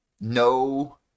no